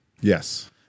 yes